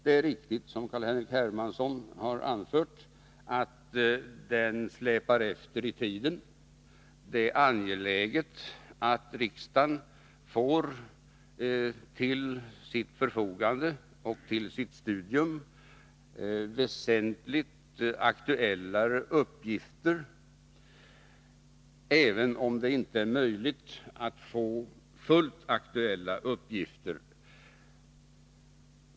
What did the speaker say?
Det är riktigt som Carl-Henrik Hermansson har anfört att den släpar efter i tiden. Det är angeläget att riksdagen får till sitt förfogande och för sitt studium väsentligt aktuellare uppgifter, även om det inte är möjligt att få helt aktuella sådana.